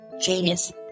Genius